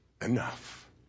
enough